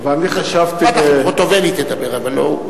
אכפת לך אם חוטובלי תדבר, אבל לא הוא.